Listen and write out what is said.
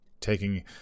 taking